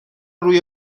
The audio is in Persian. روی